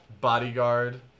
Bodyguard